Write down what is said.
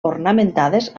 ornamentades